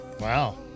Wow